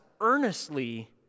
earnestly